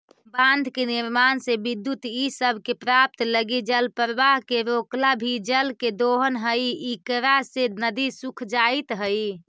बाँध के निर्माण से विद्युत इ सब के प्राप्त लगी जलप्रवाह के रोकला भी जल के दोहन हई इकरा से नदि सूख जाइत हई